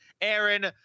Aaron